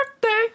birthday